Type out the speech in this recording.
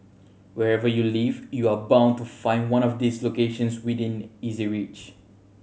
wherever you live you are bound to find one of these locations within easy reach